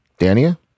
Dania